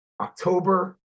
October